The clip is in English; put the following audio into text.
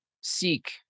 seek